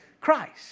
Christ